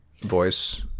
voice